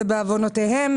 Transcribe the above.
ובעוונותיהם